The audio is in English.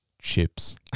Chips